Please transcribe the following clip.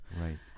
Right